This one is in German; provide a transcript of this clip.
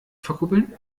verkuppeln